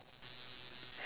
and study